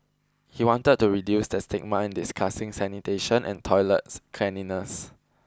he wanted to reduce the stigma in discussing sanitation and toilets cleanliness